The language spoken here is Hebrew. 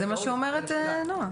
זה מה שאומרת נעה.